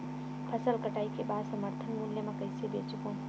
फसल कटाई के बाद समर्थन मूल्य मा कइसे बेचबो?